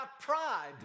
pride